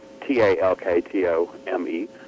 T-A-L-K-T-O-M-E